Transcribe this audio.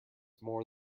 more